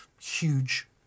huge